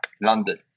london